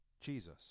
Jesus